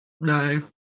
No